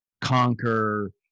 conquer